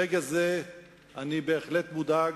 ברגע זה אני בהחלט מודאג.